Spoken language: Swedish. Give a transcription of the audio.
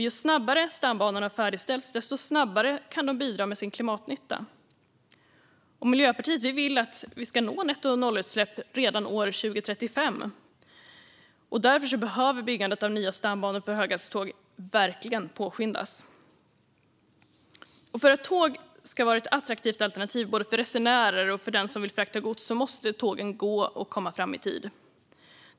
Ju snabbare stambanorna färdigställs, desto snabbare kan de bidra med sin klimatnytta. Miljöpartiet vill att vi ska nå nettonollutsläpp redan år 2035. Därför behöver byggandet av nya stambanor för höghastighetståg verkligen påskyndas. För att tåg ska vara ett attraktivt alternativ både för resenärer och för dem som vill frakta gods måste tågen gå och komma fram i tid.